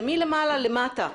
זה מלמעלה למטה.